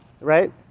right